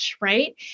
right